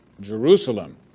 Jerusalem